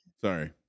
sorry